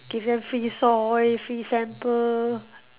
give them free soil free sample